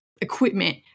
equipment